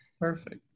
Perfect